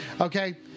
Okay